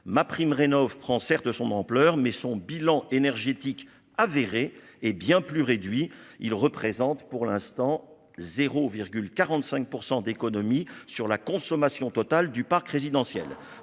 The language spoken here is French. MaPrimeRénov'prend certes son ampleur, mais son bilan énergétique avéré, hé bien plus réduit, il représente pour l'instant 0 45 % d'économie sur la consommation totale du parc résidentiel,